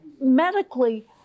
medically